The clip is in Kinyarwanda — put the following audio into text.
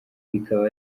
bikaba